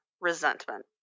resentment